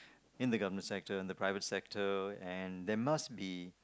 in the government sector in the private sector and there must be